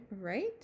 Right